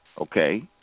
okay